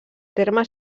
terme